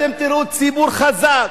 אתם תראו ציבור חזק,